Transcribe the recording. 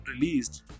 Released